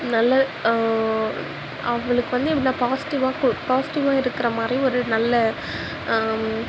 நல்ல அவுங்களுக்கு வந்து எப்படின்னா பாசிட்டிவாக இருக்கும் பாசிட்டிவாக இருக்கிற மாதிரி ஒரு நல்ல